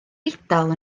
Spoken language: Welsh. eidal